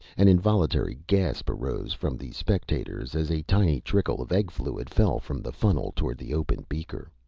an involuntary gasp arose from the spectators as a tiny trickle of egg fluid fell from the funnel towards the open beaker.